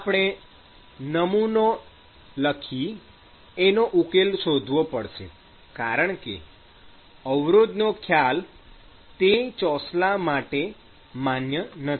આપણે નમૂનો લખી એનો ઉકેલ શોધવો પડશે કારણકે અવરોધનો ખ્યાલ તે ચોસલા માટે માન્ય નથી